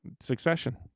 Succession